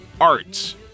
arts